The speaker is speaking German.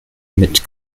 mit